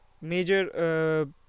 major